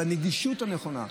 בנגישות הנכונה.